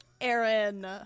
Aaron